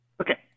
Okay